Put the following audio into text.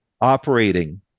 operating